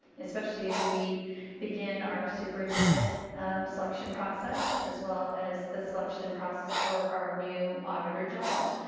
especially as we begin our superintendent selection process as well as the selection process for our new auditor general.